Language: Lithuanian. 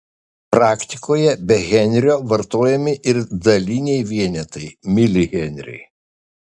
praktikoje be henrio vartojami ir daliniai vienetai milihenriai